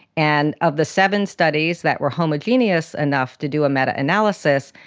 and of the seven studies that were homogeneous enough to do a meta-analysis,